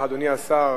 חברי הכנסת המציעים,